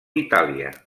itàlia